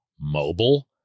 mobile